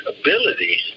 abilities